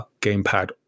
gamepad